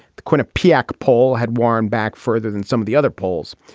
the quinnipiac poll had warren back further than some of the other polls.